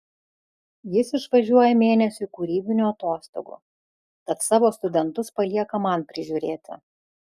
jis išvažiuoja mėnesiui kūrybinių atostogų tad savo studentus palieka man prižiūrėti